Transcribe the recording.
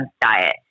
diet